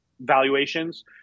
valuations